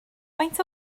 faint